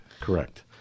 correct